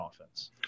offense